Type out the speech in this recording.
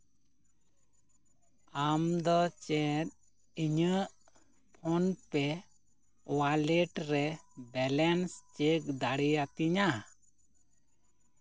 ᱟᱢ ᱫᱚ ᱪᱮᱫ ᱤᱧᱟᱹᱜ ᱯᱷᱳᱱ ᱯᱮ ᱚᱣᱟᱞᱮᱴ ᱨᱮ ᱵᱮᱞᱮᱱᱥ ᱪᱮᱠ ᱫᱟᱲᱮᱭᱟᱛᱤᱧᱟ